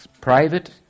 Private